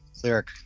cleric